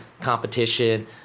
competition